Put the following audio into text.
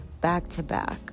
back-to-back